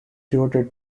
devoted